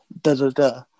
da-da-da